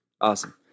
Awesome